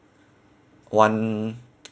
one